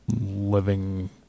living